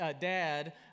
dad